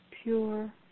pure